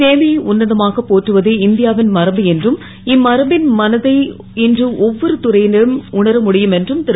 சேவையை உன்னதமாக போற்றுவதே இந் யாவின் மரபு என்றும் இம்மரபின் மணத்தை இன்று நடி வொரு துறை லும் உணர முடியும் என்றும் ரு